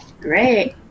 Great